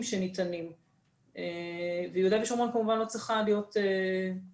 שניתנים ויהודה ושומרון כמובן לא צריכה להיות שונה.